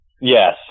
Yes